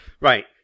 Right